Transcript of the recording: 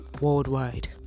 worldwide